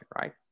right